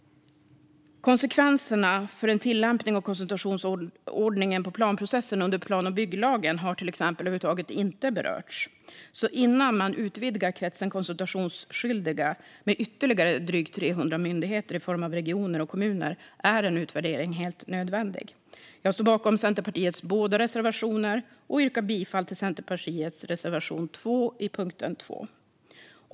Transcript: Konsekvenserna för en tillämpning av konsultationsordningen på planprocessen under plan och bygglagen har till exempel över huvud taget inte berörts. Innan man utökar kretsen av konsultationsskyldiga med ytterligare drygt 300 myndigheter i form av regioner och kommuner är en utvärdering alltså helt nödvändig. Jag står bakom Centerpartiets båda reservationer och yrkar bifall till Centerpartiets reservation 2 under punkt 2.